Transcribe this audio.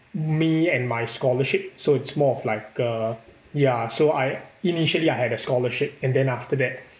me and my scholarship so it's more of like a ya so I initially I had a scholarship and then after that